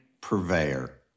purveyor